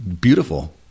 beautiful